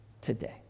today